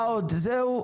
זהו.